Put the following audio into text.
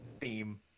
theme